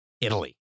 Italy